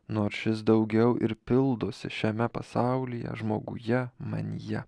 nors šis daugiau ir pildosi šiame pasaulyje žmoguje manyje